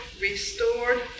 restored